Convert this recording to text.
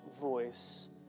voice